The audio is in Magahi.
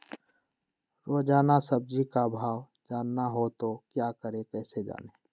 रोजाना सब्जी का भाव जानना हो तो क्या करें कैसे जाने?